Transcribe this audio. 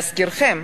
להזכירכם,